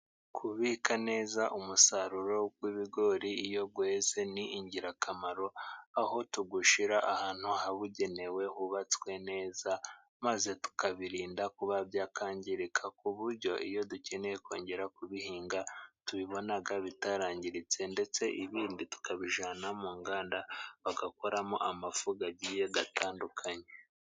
Kubika neza umusaruro w'ibigori iyo weze ni ingirakamaro, aho tuwushyira ahantu habugenewe hubatswe neza, maze tukabirinda kuba byakangirika, ku buryo iyo dukeneye kongera kubihinga tubibona bitarangiritse, ndetse ibindi tukabijyana mu nganda bagakoramo amafu agiye adatandukanye.